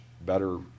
better